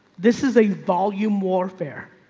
this is a volume warfare.